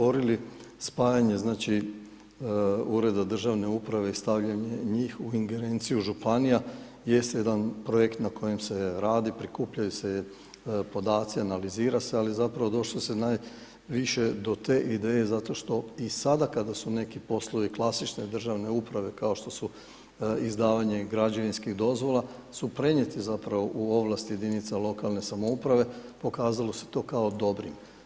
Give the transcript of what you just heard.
Ovo pitanje koje ste otvorili, spajanje znači Ureda državne uprave i stavljanje njih u ingerenciju županija, jest jedan projekt na kojem se radi, prikupljaju se podaci, analizira se, ali zapravo došlo se najviše do te ideje zato što i sada kada su neki poslovi klasične državne uprave, kao što su izdavanje građevinskih dozvola su prenijeti zapravo u ovlasti jedinica lokalne samouprave, pokazalo se to kao dobrim.